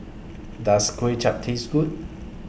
Does Kway Chap Taste Good